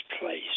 place